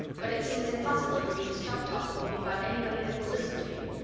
but it seems impossible for you to stop talking if you've got anybody that will listen to you.